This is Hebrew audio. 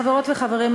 חברות וחברים,